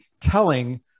telling